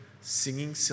singing